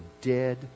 dead